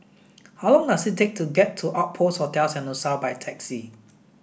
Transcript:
how long does it take to get to Outpost Hotel Sentosa by taxi